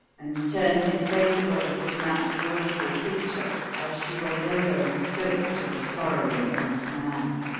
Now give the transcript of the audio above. and turned his face away from that woeful picture as she went over and spoke to the sorrowing old man.